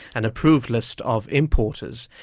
an approved list of importers.